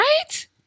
right